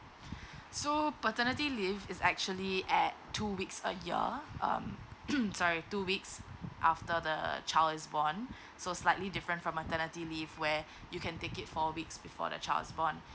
so paternity leave is actually at two weeks a year um sorry two weeks after the child is born so slightly different from maternity leave where you can take it four weeks before the child's born